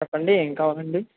చెప్పండి ఏం కావాలండి